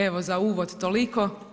Evo za uvod toliko.